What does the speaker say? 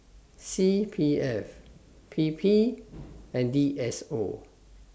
C P F P P and D S O